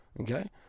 okay